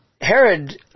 Herod